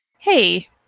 Hey